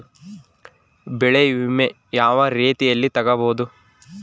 ಬೆಳೆ ವಿಮೆ ಯಾವ ರೇತಿಯಲ್ಲಿ ತಗಬಹುದು?